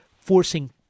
forcing